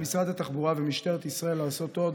על משרד התחבורה ומשטרת ישראל לעשות עוד